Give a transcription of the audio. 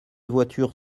voiture